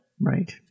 Right